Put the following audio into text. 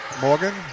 Morgan